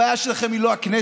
הבעיה שלכם היא לא הכנסת,